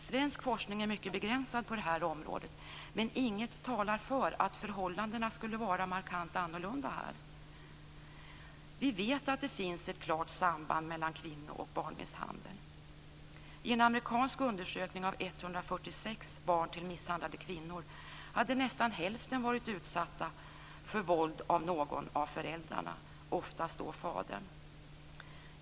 Svensk forskning är mycket begränsad på det här området, men inget talar för att förhållandena skulle vara markant annorlunda i Sverige. Vi vet att det finns ett klart samband mellan kvinno och barnmisshandel. I en amerikansk undersökning av 146 barn till misshandlade kvinnor visade det sig att nästan hälften hade varit utsatta för våld från någon av föräldrarna - oftast fadern.